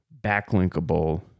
backlinkable